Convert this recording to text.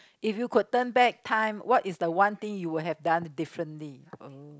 if you could turn back time what is the one thing you would have done differently